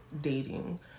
dating